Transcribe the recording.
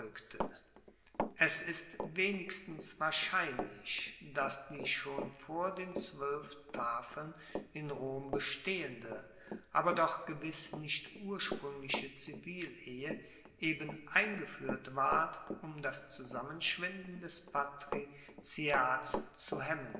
es ist wenigstens wahrscheinlich dass die schon vor den zwoelf tafeln in rom bestehende aber doch gewiss nicht urspruengliche zivilehe eben eingefuehrt ward um das zusammenschwinden des patriziats zu hemmen